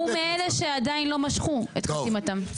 הוא מאלה שעדיין לא משכו את חתימתם.